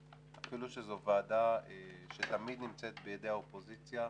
אפילו שזו ועדה שתמיד נמצאת בידי האופוזיציה,